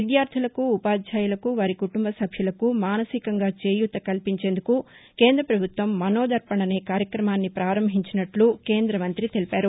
విద్యార్థులకు ఉపాధ్యాయులకు వారి కుటుంబ సభ్యులకు మానసికంగా చేయూత కల్పించేందుకు కేంద్ర ప్రభుత్వం మనోదర్బణ్ అనే కార్యక్రమాన్ని ప్రారంభించినట్టు కేంద్ర మంతి తెలిపారు